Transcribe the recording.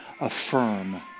affirm